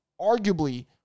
arguably